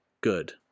good